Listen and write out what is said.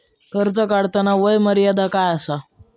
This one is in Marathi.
कर्ज काढताना वय मर्यादा काय आसा?